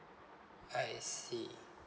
I see